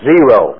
Zero